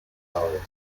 college